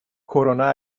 کرونا